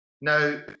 Now